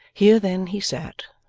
here, then, he sat,